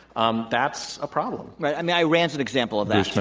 um that's a problem. right. i mean, iran's an example of that,